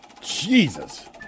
Jesus